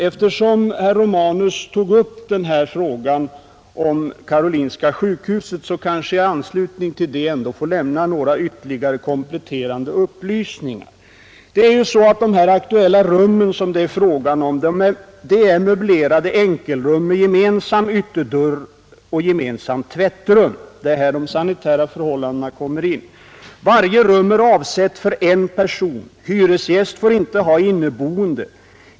Eftersom herr Romanus tog upp frågan om personalbostäderna vid Karolinska sjukhuset, vill jag lämna några kompletterande upplysningar därvidlag. De aktuella rummen är möblerade enkelrum med gemensam ytterdörr och gemensamt tvättrum — det är i samband härmed som de sanitära förhållandena kommer in. Varje rum är avsett för en person, och hyresgästen får inte ha inneboende.